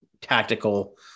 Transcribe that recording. tactical